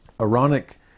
ironic